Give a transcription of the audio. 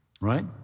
right